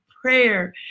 prayer